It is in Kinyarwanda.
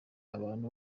abantu